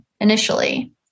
initially